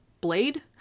blade